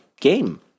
game